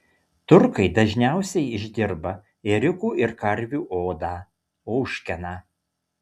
turkai dažniausiai išdirba ėriukų ir karvių odą ožkeną